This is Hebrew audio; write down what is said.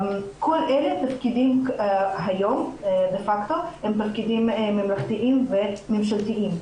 כל אלה תפקידים שהיום דה פקטו הם תפקידים ממלכתיים וממשלתיים.